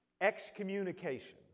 excommunication